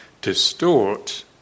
distort